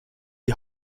die